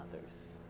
others